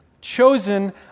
Chosen